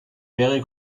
mehrere